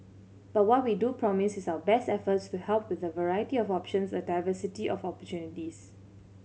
but what we do promise is our best efforts to help with a variety of options a diversity of opportunities